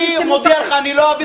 אני מודיע לך: אני לא אעביר את זה.